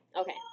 Okay